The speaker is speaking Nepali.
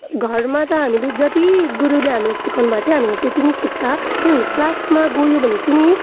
घरमा त हामीले जति गुरुले हामीलाई सिकाउनु भएको थियो हामीले त्यति नै सिक्छ किनभने क्लासमा गयो भने चाहिँ नि